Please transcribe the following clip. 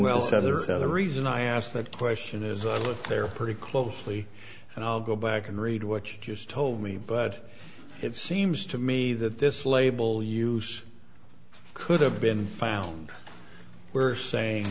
so the reason i asked that question is i live there pretty closely and i'll go back and read what you just told me but it seems to me that this label use could have been found were saying